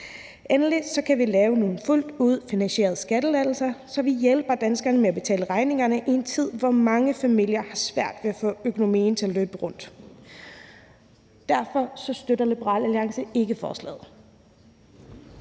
Endelig kan vi lave nogle fuldt ud finansierede skattelettelser, så vi hjælper danskerne med at betale regningerne i en tid, hvor mange familier har svært ved at få økonomien til at løbe rundt. Derfor støtter Liberal Alliance ikke forslaget.